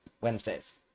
Wednesdays